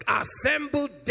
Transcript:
assembled